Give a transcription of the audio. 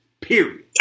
Period